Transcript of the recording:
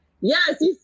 Yes